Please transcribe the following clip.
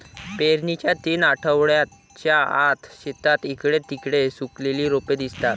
पेरणीच्या तीन आठवड्यांच्या आत, शेतात इकडे तिकडे सुकलेली रोपे दिसतात